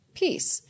peace